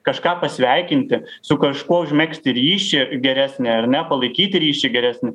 kažką pasveikinti su kažkuo užmegzti ryšį geresnį ar ne palaikyti ryšį geresnį